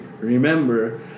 remember